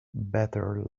better